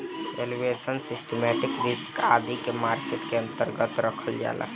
valuation, systematic risk आदि के market के अन्तर्गत रखल जाला